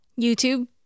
YouTube